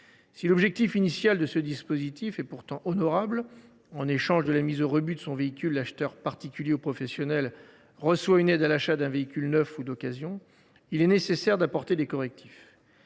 Si l’objectif initial de ce dispositif est honorable – en échange de la mise au rebut de son véhicule, l’acheteur, particulier ou professionnel, perçoit une aide à l’achat d’un véhicule neuf ou d’occasion –, il est nécessaire d’apporter des correctifs.